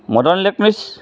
Madan electronics